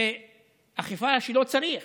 ואכיפה כשלא צריך,